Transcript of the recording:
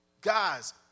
guys